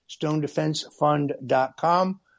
stonedefensefund.com